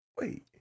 wait